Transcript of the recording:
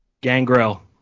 gangrel